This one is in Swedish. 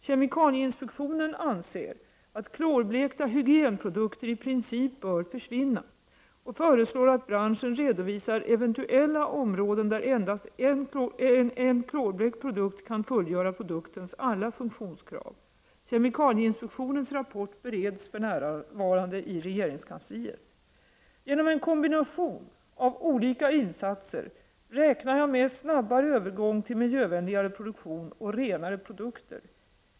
Kemikalieinspektionen anser att klorblekta hygienprodukter i princip bör försvinna och föreslår att branschen redovisar eventuella områden där endast en klorblekt produkt kan fullgöra produktens alia funktionskrav. Kemikalieinspektionens rapport bereds för närvarande i regeringskansliet. Genom en kombination av olika insatser räknar jag med snabbare övergång till miljövänligare produktion och renare prc'vkter.